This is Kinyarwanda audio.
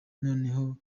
noneho